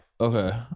Okay